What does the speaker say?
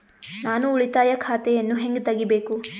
ನಾನು ಉಳಿತಾಯ ಖಾತೆಯನ್ನು ಹೆಂಗ್ ತಗಿಬೇಕು?